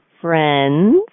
friends